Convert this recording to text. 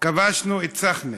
כבשנו את הסחנה.